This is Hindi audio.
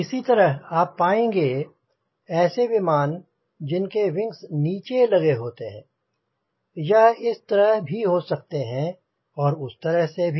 इसी तरह आप पाएँगे ऐसे विमान जिनके विंग्स नीचे लगे होते हैं यह इस तरह भी हो सकते और उस तरह से भी